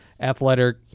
athletic